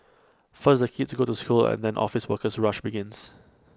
first the kids go to school and then office worker rush begins